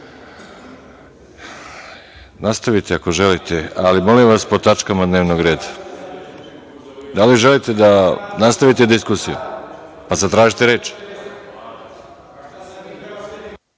ako želite, ali molim vas po tačkama dnevnog reda. Da li želite da nastavite diskusiju? Zatražite reč.